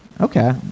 Okay